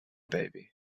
baby